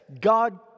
God